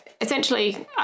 essentially